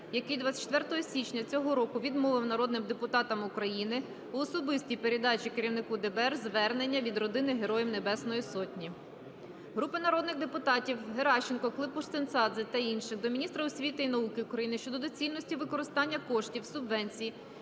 який 24 січня цього року відмовив народним депутатам України у особистій передачі керівнику ДБР звернення від родини Героїв Небесної Сотні. Групи народних депутатів (Геращенко, Климпуш-Цинцадзе та інших) до міністра освіти і науки України щодо доцільності використання коштів субвенції